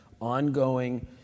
ongoing